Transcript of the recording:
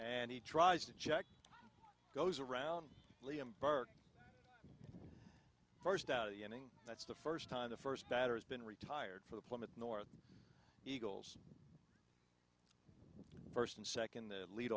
and he tries to jack goes around liam burke first out of the inning that's the first time the first batter has been retired for the plymouth north eagles first and second the lead